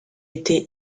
été